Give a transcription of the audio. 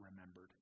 remembered